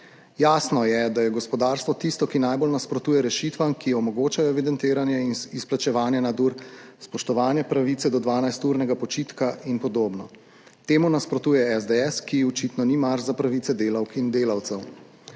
Jasno je, da je gospodarstvo tisto, ki najbolj nasprotuje rešitvam, ki omogočajo evidentiranje in izplačevanje nadur, spoštovanje pravice do 12-urnega počitka in podobno. Temu nasprotuje SDS, ki ji očitno ni mar za pravice delavk in delavcev.